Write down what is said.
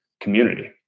community